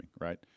right